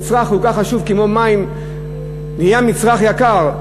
מצרך כל כך חשוב כמו מים נהיה מצרך יקר,